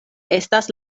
estas